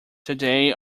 today